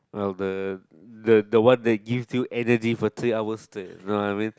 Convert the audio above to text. !wow! the the the one that gives you energy for three hours straight you know what I mean